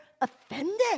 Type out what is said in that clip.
offended